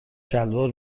شلوار